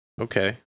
Okay